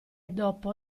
dopo